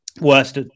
worst